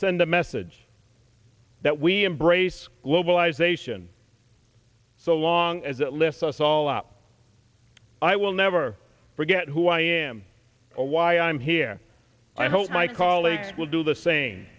send a message that we embrace globalization so long as it lifts us all up i will never forget who i am why i'm here i hope my colleagues will do the same